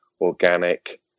organic